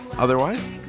Otherwise